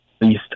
least